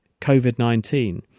COVID-19